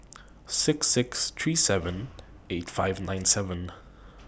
six six three seven eight five nine seven